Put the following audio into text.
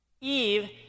Eve